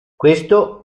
questo